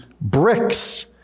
bricks